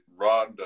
Rod